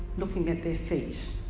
looking at their feet.